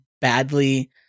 badly